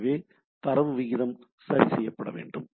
எனவே தரவு விகிதம் சரி செய்யப்பட வேண்டும்